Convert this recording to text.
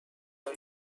زاد